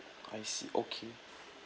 I see okay